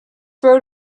road